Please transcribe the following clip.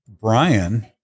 Brian